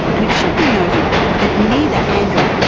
and it should be noted that neither andrew,